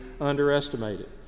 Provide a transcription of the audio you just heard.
underestimated